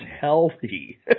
healthy